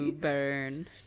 burn